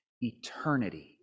eternity